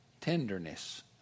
Tenderness